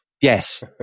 Yes